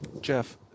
Jeff